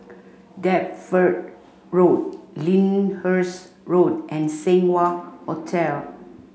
Deptford Road Lyndhurst Road and Seng Wah Hotel